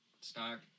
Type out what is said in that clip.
stock